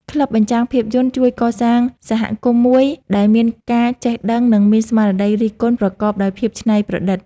ក្លឹបបញ្ចាំងភាពយន្តជួយកសាងសហគមន៍មួយដែលមានការចេះដឹង និងមានស្មារតីរិះគន់ប្រកបដោយភាពច្នៃប្រឌិត។